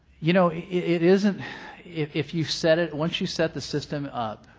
you know, if it isn't if if you set it once you set the system up,